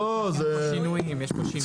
לא, אבל יש פה שינויים, יש פה שינויים.